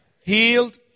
healed